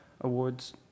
awards